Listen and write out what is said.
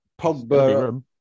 Pogba